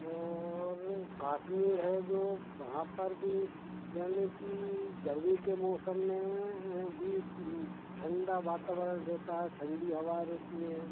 और कश्मीर है जो वहाँ पर भी यानी कि गर्मी के मौसम में भी ठंडा वातावरण रहता है ठंडी हवा रहती है